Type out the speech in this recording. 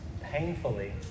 painfully